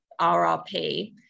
RRP